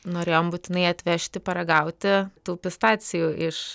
norėjom būtinai atvežti paragauti tų pistacijų iš